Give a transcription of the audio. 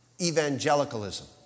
evangelicalism